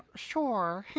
sure